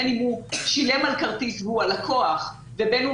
בין אם הוא שילם על כרטיס והוא הלקוח ובין אם